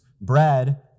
bread